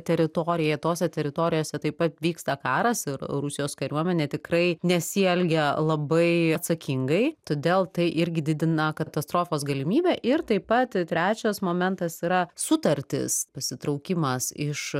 teritorija tose teritorijose taip pat vyksta karas ir rusijos kariuomenė tikrai nesielgia labai atsakingai todėl tai irgi didina katastrofos galimybę ir taip pat trečias momentas yra sutartys pasitraukimas iš